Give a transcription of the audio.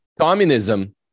communism